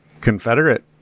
Confederate